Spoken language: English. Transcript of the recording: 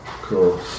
Cool